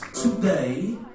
today